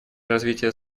развитие